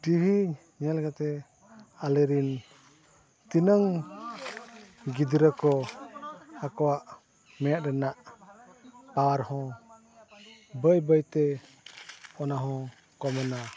TV ᱧᱮᱞ ᱠᱟᱛᱮᱫ ᱟᱞᱮ ᱨᱮᱱ ᱛᱤᱱᱟᱹᱜ ᱜᱤᱫᱽᱨᱟᱹ ᱠᱚ ᱟᱠᱚᱣᱟᱜ ᱢᱮᱫ ᱨᱮᱱᱟᱜ ᱯᱟᱣᱟᱨ ᱦᱚᱸ ᱵᱟᱹᱭ ᱵᱟᱹᱭᱛᱮ ᱚᱱᱟ ᱦᱚᱸ ᱠᱚᱢ ᱮᱱᱟ